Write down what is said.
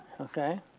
Okay